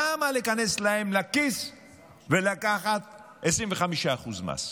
למה להיכנס להם לכיס ולקחת 25% מס?